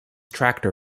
tractor